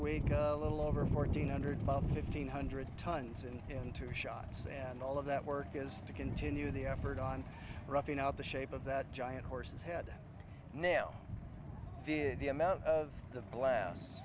week a little over fourteen hundred fifteen hundred tons in into shots and all of that work is to continue the effort on roughing out the shape of that giant horse's head nail did the amount of the blas